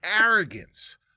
arrogance